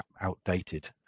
outdated